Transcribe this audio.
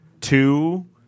two